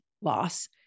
loss